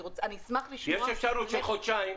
אני אשמח לשמוע -- יש אפשרות של חודשיים,